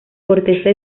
corteza